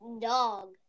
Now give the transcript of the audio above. dog